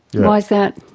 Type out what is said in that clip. why is that?